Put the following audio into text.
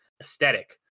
aesthetic